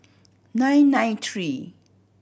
nine nine three